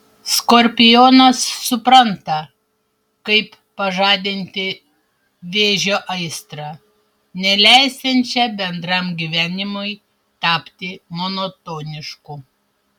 skorpionas supranta kaip pažadinti vėžio aistrą neleisiančią bendram gyvenimui tapti monotonišku